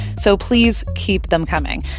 so please keep them coming.